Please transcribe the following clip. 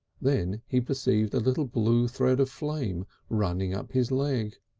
then he perceived a little blue thread of flame running up his leg.